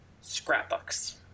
scrapbooks